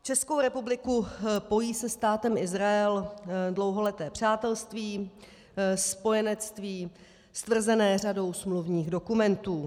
Českou republiku pojí se Státem Izrael dlouholeté přátelství, spojenectví stvrzené řadou smluvních dokumentů.